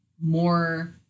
more